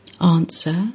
Answer